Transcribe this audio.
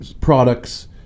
products